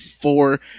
four